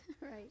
right